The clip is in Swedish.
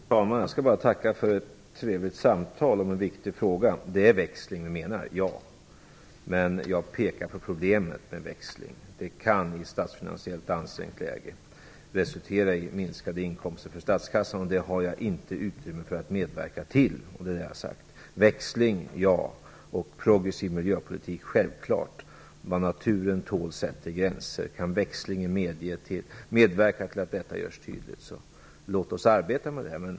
Fru talman! Jag skall bara tacka för ett trevligt samtal om en viktig fråga. Det är växling vi menar, ja. Men jag pekar på problemet med växling. Det kan i ett ansträngt statsfinansiellt läge resultera i minskade inkomster för statskassan, och det har jag inte utrymme för att medverka till. Naturen sätter gränser för vad den tål. Kan växlingen medverka till att detta görs tydligt så låt oss arbeta med detta.